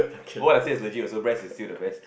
what I said is the breast is still the best